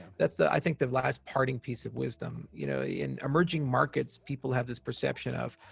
that's, i think, the last parting piece of wisdom. you know, in emerging markets, people have this perception of,